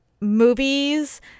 movies